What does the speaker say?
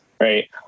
right